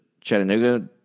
Chattanooga